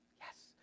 Yes